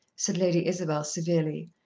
said lady isabel severely.